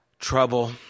Trouble